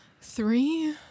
three